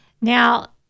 Now